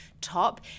top